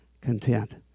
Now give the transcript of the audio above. content